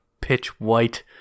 pitch-white